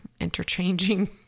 interchanging